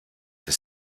des